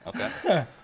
Okay